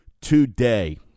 today